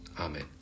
Amen